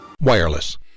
Wireless